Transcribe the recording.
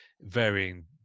varying